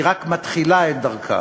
היא רק מתחילה את דרכה.